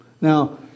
Now